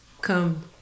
come